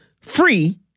free